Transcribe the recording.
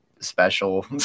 Special